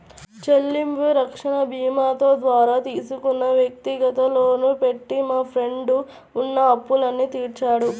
చెల్లింపు రక్షణ భీమాతో ద్వారా తీసుకున్న వ్యక్తిగత లోను పెట్టి మా ఫ్రెండు ఉన్న అప్పులన్నీ తీర్చాడు